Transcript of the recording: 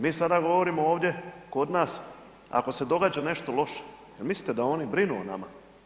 Mi sada govorimo ovdje kod nas ako se događa nešto loše, jel' mislite da oni brinu o nama?